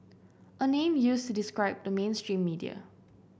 a name used to describe the mainstream media